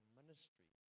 ministry